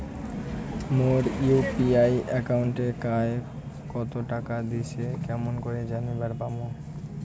মোর UPI একাউন্টে কায় কতো টাকা দিসে কেমন করে জানিবার পামু?